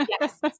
Yes